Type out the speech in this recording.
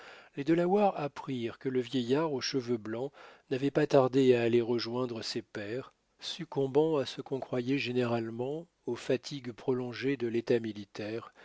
les delawares apprirent que le vieillard aux cheveux blancs n'avait pas tardé à aller rejoindre ses pères succombant à ce qu'on croyait généralement aux fatigues prolongées de l'état militaire